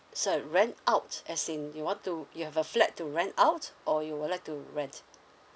sorry rent out as in you want to you have a flat to rent out or you would like to rent